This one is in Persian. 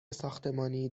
ساختمانی